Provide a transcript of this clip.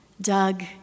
Doug